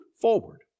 forward